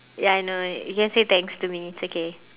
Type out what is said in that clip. ya I know you can say thanks to me it's okay